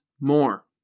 more